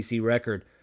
record